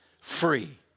free